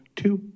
two